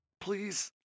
please